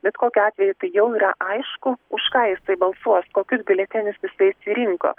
bet kokiu atveju tai jau yra aišku už ką jisai balsuos kokius biuletenius jisai išsirinko